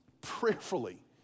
prayerfully